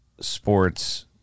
sports